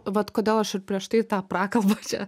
vat kodėl aš prieš tai tą prakalbą